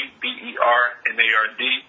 B-E-R-N-A-R-D